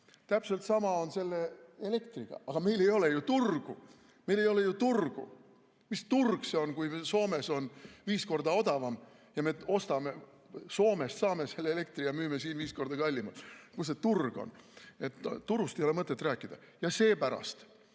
meil ei ole ju turgu. Meil ei ole ju turgu! Mis turg see on, kui Soomes on viis korda odavam ja me ostame Soomest, saame selle elektri ja müüme siin viis korda kallimalt? Kus see turg on? Turust ei ole mõtet rääkida. Seepärast